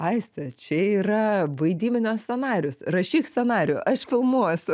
aiste čia yra vaidybinio scenarijus rašyk scenarijų aš filmuosiu